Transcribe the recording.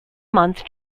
month